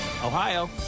Ohio